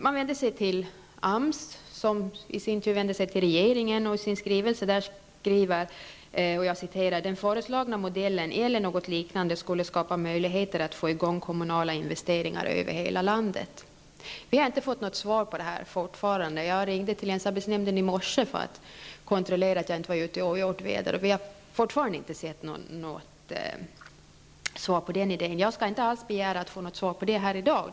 Man vände sig till AMS, som i sin tur vände sig till regeringen. AMS skrev i sin skrivelse: ''Den föreslagna modellen eller något liknande skulle skapa möjligheter att få i gång kommunala investeringar över hela landet.'' Vi har fortfarande inte fått något svar. Jag ringde till länsarbetsnämnden i morse för att kontrollera att jag inte var ute i ogjort väder. Vi har fortfarande inte fått något svar när det gäller den idén. Jag begär inte att få något svar här i dag.